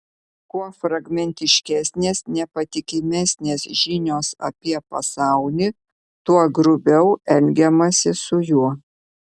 kuo fragmentiškesnės nepatikimesnės žinios apie pasaulį tuo grubiau elgiamasi su juo